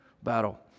battle